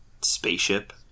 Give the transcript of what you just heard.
spaceship